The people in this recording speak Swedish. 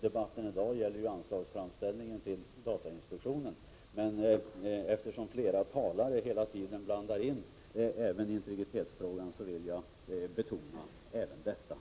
Debatten i dag gäller ju anslaget till datainspektionen, men eftersom flera talare hela tiden blandar in även integritetsfrågan vill jag betona detta.